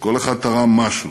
כל אחד תרם משהו,